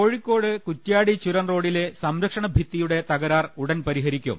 കോഴിക്കോട് കുറ്റ്യാടി ചുരം റോഡിലെ സംരക്ഷണഭിത്തിയുടെ തകരാർ ഉടൻ പരിഹരിക്കും